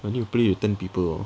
when you play with ten people orh